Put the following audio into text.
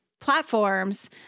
platforms